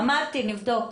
אמרתי שנבדוק.